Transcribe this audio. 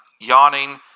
yawning